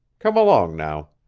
come along now.